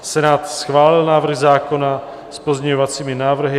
Senát schválil návrh zákona s pozměňovacími návrhy.